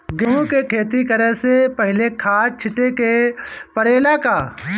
गेहू के खेती करे से पहिले खाद छिटे के परेला का?